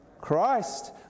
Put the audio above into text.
Christ